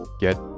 get